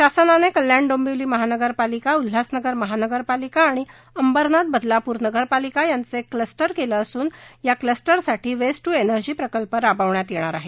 शासनाने कल्याण डोंबिवली महानगरपालिका उल्हासनगर महानगरपालिका आणि अंबरनाथ बदलापूर नगरपालिका यांचं एक क्लस्टर केलं असून या क्लस्टरसाठी वेस्ट ट्र एनर्जी प्रकल्प राबविण्यात येणार आहे